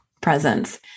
presence